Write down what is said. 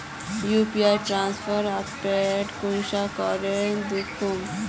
UPI transfer update कुंसम करे दखुम?